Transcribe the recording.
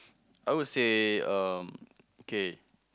I would say um okay